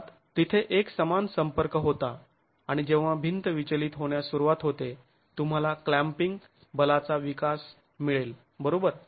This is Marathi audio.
मुळात तिथे एकसमान संपर्क होता आणि जेव्हा भिंत विचलित होण्यास सुरुवात होते तुम्हाला क्लॅम्पींग बलाचा विकास मिळेल बरोबर